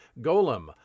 Golem